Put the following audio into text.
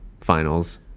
finals